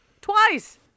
Twice